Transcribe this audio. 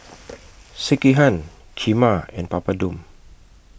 Sekihan Kheema and Papadum